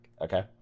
okay